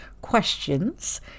questions